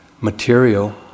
material